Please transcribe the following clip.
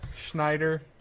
Schneider